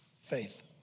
faith